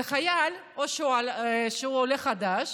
זה חייל שאו שהוא עולה חדש,